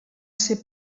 ser